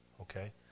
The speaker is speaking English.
Okay